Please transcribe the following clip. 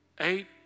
eight